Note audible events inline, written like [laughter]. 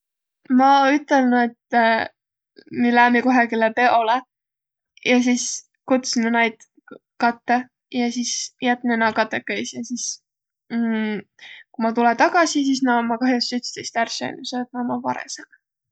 Ma ütelnü, et [hesitation] mi läämi kohegile peole. Ja sis kutsnuq naid [hesitation] kattõ. Ja sis jätnüq na katõkõisi. Ja sis [hesitation] ku ma tulõ tagasi, sis na ommaq kah'os ütstõist ärq söönüq, selle et na ommaq vareseq.